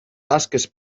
tasques